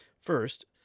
First